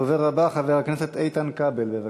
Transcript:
הדובר הבא, חבר הכנסת איתן כבל, בבקשה.